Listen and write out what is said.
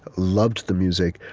loved the music.